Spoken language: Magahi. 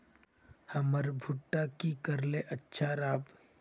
हमर भुट्टा की करले अच्छा राब?